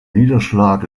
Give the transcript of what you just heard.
niederschlag